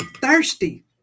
thirsty